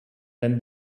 than